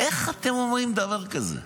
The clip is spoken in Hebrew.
איך אתם אומרים דבר כזה?